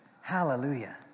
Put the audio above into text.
hallelujah